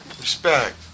Respect